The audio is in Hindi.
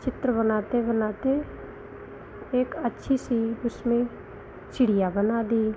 चित्र बनाते बनाते एक अच्छी सी उसमें चिड़िया बना दी